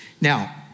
Now